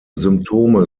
symptome